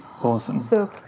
Awesome